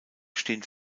stehen